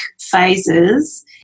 phases